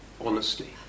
honesty